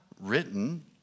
written